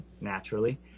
naturally